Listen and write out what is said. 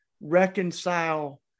reconcile